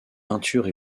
peinture